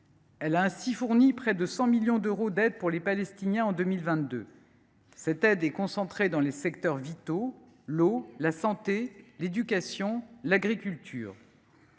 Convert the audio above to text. Elle a ainsi fourni près de 100 millions d’euros d’aide pour les Palestiniens en 2022. Cette aide est concentrée sur des secteurs vitaux : l’eau, la santé, l’éducation, l’agriculture.